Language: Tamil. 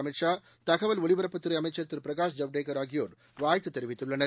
அமித்ஷா தகவல் ஒலிபரப்புத்துறை அமைச்ச் திரு பிரகாஷ் ஜவ்டேகர் ஆகியோர் வாழ்த்து தெரிவித்துள்ளனர்